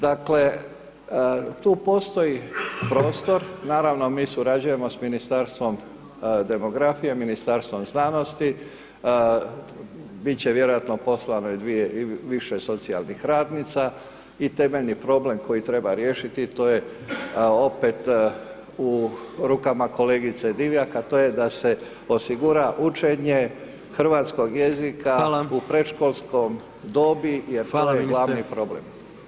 Dakle tu postoji prostor, naravno mi surađujemo sa Ministarstvom demografije, Ministarstvom znanosti, biti će vjerojatno poslano dvije ili više socijalnih radnica i temeljni problem koji treba riješiti, to je opet u rukama kolegice Divjak, a to je da se osigura učenje hrvatskog jezika u predškolskoj dobi, jer to je glavni problem.